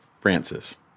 Francis